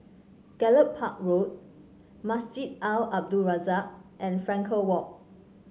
Gallop Park Road Masjid Al Abdul Razak and Frankel Walk